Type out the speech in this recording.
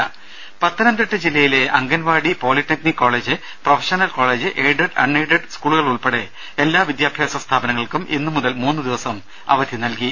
രദേശ പത്തനംതിട്ട ജില്ലയിലെ anganwadi polytechnic college professional college aided unaided സ്കൂളുകൾ ഉൾപ്പടെ എല്ലാ വിദ്യാഭ്യാസ സ്ഥാപനങ്ങൾക്കും ഇന്നു മുതൽ മൂന്നു ദിവസം അവധി നൽകി